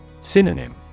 Synonym